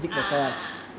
ah ah ah ah